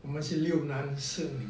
我们是六男四女